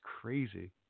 crazy